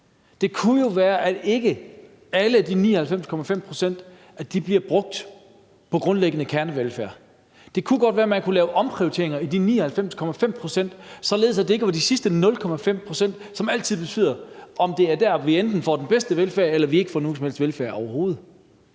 Det kunne jo være, at ikke alle 99,5 pct. bliver brugt på grundlæggende kernevelfærd. Det kunne godt være, at man kunne lave omprioriteringer i de 99,5 pct., således at det ikke var de sidste 0,5 pct., som altid var det, der betød, at vi fik den bedste velfærd eller vi ikke fik noget som helst velfærd, overhovedet. Så